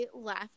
left